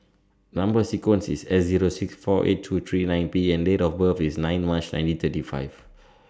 Number sequence IS S Zero six four eight two three nine P and Date of birth IS nine March nineteen thirty five